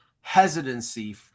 hesitancy